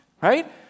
right